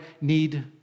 need